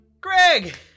Greg